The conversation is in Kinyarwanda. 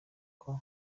nka